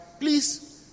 please